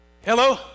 Hello